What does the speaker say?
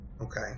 Okay